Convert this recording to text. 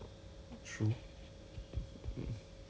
看有没有那个味道 because I I also cannot take